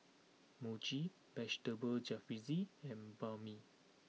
Mochi Vegetable Jalfrezi and Banh Mi